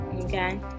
Okay